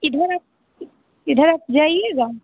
इधर आप इधर आप जाइएगा